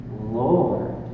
Lord